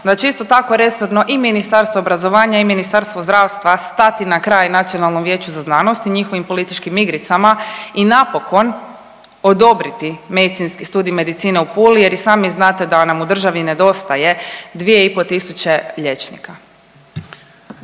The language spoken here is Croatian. će isto tako resorno i Ministarstvo obrazovanja i Ministarstvo zdravstva stati na kraj Nacionalnom vijeću za znanost i njihovih političkim igricama i napokon odobriti medicinski, studij medicine u Puli jer i sami znate da nam u državi nedostaje 2,5 tisuće liječnika.